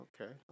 okay